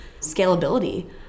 scalability